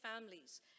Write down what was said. families